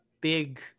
big